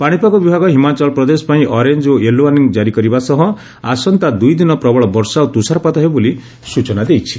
ପାଣିପାଗ ବିଭାଗ ହିମାଚଳ ପ୍ରଦେଶ ପାଇଁ ଅରେଞ୍ଜ ଓ ୟେଲୋ ୱାର୍ଷ୍ଣିଂ ଜାରି କରିବା ସହ ଆସନ୍ତା ଦୂଇ ଦିନ ପ୍ରବଳ ବର୍ଷା ଓ ତୁଷାରପାତ ହେବ ବୋଲି ସ୍ୱଚନା ଦେଇଛି